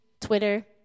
Twitter